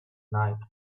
night